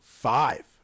Five